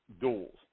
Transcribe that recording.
duels